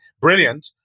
brilliant